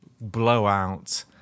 blowout